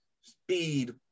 Speed